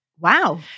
Wow